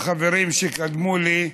החברים שקדמו לי בנאומים,